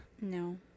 No